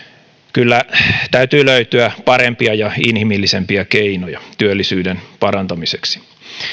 kyllä täytyy löytyä parempia ja inhimillisempiä keinoja työllisyyden parantamiseksi